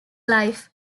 life